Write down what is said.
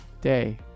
day